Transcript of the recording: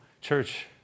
church